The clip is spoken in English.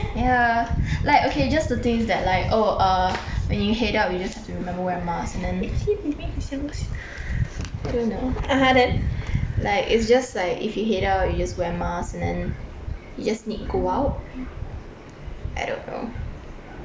ya like okay just the things that like oh err when you head out you just have to remember wear mask and then like it's just like if you head out you just wear mask and then you just need go out I don't know